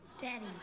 Daddy